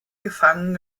gefangen